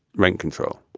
rent control